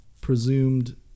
presumed